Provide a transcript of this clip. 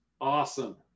awesome